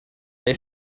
they